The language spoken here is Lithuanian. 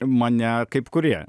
mane kaip kurie